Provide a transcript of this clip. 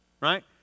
right